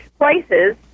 places